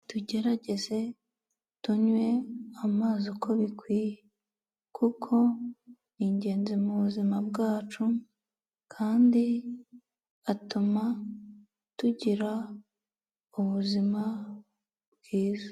Tugerageze tunywe amazi uko bikwiye, kuko ni ingenzi mu buzima bwacu kandi atuma tugira ubuzima bwiza.